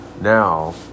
Now